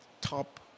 top